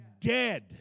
dead